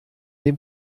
dem